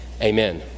Amen